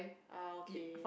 ah okay